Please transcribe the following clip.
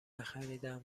نخریدهام